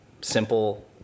simple